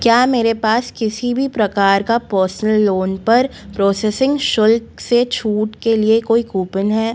क्या मेरे पास किसी भी प्रकार का पर्सनल लोन पर प्रोसेसिंग शुल्क से छूट के लिए कोई कूपन है